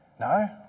no